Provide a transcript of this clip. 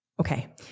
Okay